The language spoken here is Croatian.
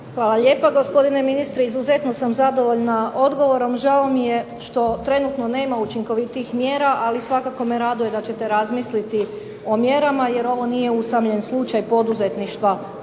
Hvala lijepa gospodine ministre. Izuzetno sam zadovoljna odgovorom. Žao mi je što trenutno nema učinkovitijih mjera ali svakako me raduje da ćete razmisliti o mjerama, jer ovo nije usamljen slučaj poduzetništva